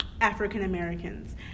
African-Americans